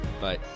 Bye